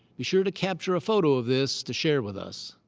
be sure to capture a photo of this to share with us.